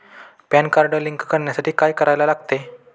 Pan card link करण्यासाठी काय करायला लागते?